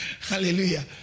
Hallelujah